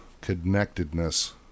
connectedness